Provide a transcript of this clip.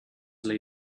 lay